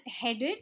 headed